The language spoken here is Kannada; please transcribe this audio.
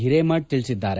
ಹಿರೇಮಕ್ ತಿಳಿಸಿದ್ದಾರೆ